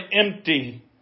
empty